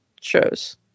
shows